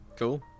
cool